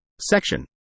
Section